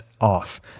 off